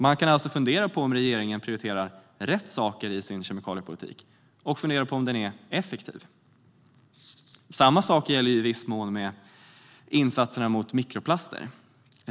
Man kan alltså fundera på om regeringen prioriterar rätt saker i sin kemikaliepolitik och om den är effektiv. Samma sak gäller i viss mån insatser mot mikroplaster.